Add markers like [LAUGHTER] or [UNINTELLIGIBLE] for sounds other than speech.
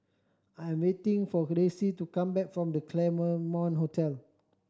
I'm waiting for Ressie to come back from The Claremont [UNINTELLIGIBLE] Hotel